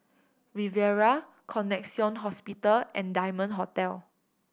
Riviera Connexion Hospital and Diamond Hotel